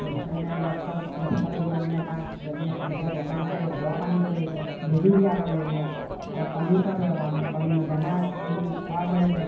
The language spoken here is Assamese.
তেনে ডক্তৰৰ ওচৰলৈ গৈ কিনে তাক যদি হাগিছে যতন কৰি দৰৱ আনিব লাগিব বেজী দিয়াব লাগিব আকৌ কণী পাবণ কণী দানা কৰি কিনে খোৱাব লাগিব